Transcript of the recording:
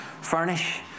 furnish